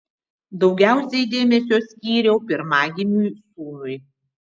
daugiausiai dėmesio skyriau pirmagimiui sūnui